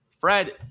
Fred